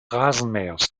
rasenmähers